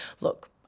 look